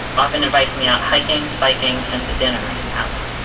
often invites me out hiking, biking and to dinner at his house.